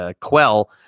quell